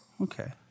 Okay